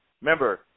Remember